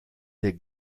der